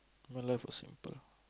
my life was simple